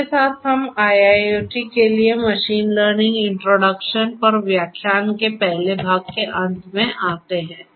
इसके साथ हम IIoT के लिए मशीन लर्निंग इंट्रोडक्शन पर व्याख्यान के पहले भाग के अंत में आते हैं